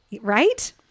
right